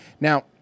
Now